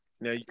Now